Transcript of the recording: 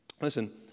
Listen